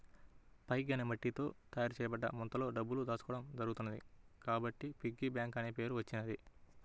pig అనే మట్టితో తయారు చేయబడ్డ ముంతలో డబ్బులు దాచుకోవడం జరుగుతున్నది కాబట్టి పిగ్గీ బ్యాంక్ అనే పేరు వచ్చింది